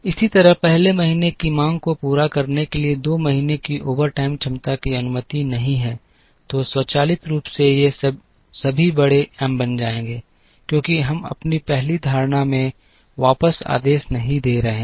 इसी तरह 1 महीने की मांग को पूरा करने के लिए 2 महीने की ओवरटाइम क्षमता की अनुमति नहीं है तो स्वचालित रूप से ये सभी बड़े एम बन जाएंगे क्योंकि हम अपनी पहली धारणा में वापस आदेश नहीं दे रहे हैं